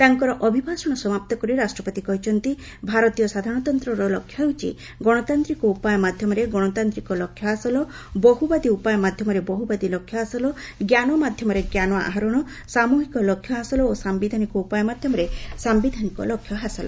ତାଙ୍କର ଅଭିଭାଷଣ ସମାପ୍ତ କରି ରାଷ୍ଟ୍ରପତି କହିଛନ୍ତି ଭାରତୀୟ ସାଧାରଣତନ୍ତର ଲକ୍ଷ୍ୟ ହେଉଛି ଗଣତାନ୍ତିକ ଉପାୟ ମାଧ୍ୟମରେ ଗଣତାନ୍ତିକ ଲକ୍ଷ୍ୟ ହାସଲ ବହୁବାଦୀ ଉପାୟ ମାଧ୍ୟମରେ ବହୁବାଦୀ ଲକ୍ଷ୍ୟ ହାସଲ ଜ୍ଞାନ ମାଧ୍ୟମରେ ଜ୍ଞାନ ଆହରଣ ସାମ୍ରହିକ ଲକ୍ଷ୍ୟ ହାସଲ ଓ ସାୟିଧାନିକ ଉପାୟ ମାଧ୍ୟମରେ ସାୟିଧାନିକ ଲକ୍ଷ୍ୟ ହାସଲ